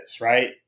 right